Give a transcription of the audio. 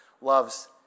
loves